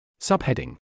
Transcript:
Subheading